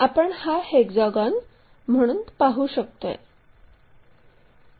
तर आपण हा हेक्सागोन म्हणून पाहू शकतोय